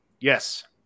Yes